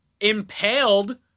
impaled